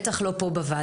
בטח לא כאן בוועדה.